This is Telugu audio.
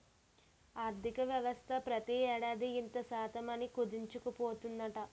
ఆర్థికవ్యవస్థ ప్రతి ఏడాది ఇంత శాతం అని కుదించుకుపోతూ ఉందట